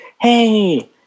Hey